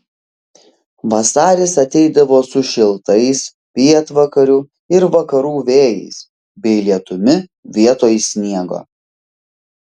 vasaris ateidavo su šiltais pietvakarių ir vakarų vėjais bei lietumi vietoj sniego